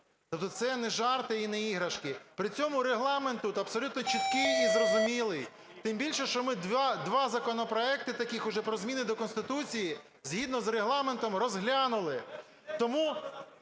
тобто це не жарти і не іграшки. При цьому регламент тут абсолютно чіткий і зрозумілий. Тим більше, що ми два законопроекти таких уже, про зміни до Конституції, згідно з Регламентом розглянули.